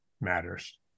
matters